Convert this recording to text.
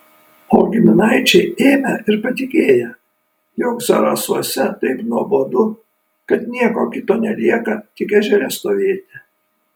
o giminaičiai ėmę ir patikėję jog zarasuose taip nuobodu kad nieko kito nelieka tik ežere stovėti